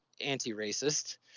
anti-racist